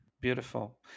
beautiful